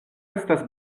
estas